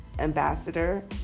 Ambassador